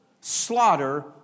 slaughter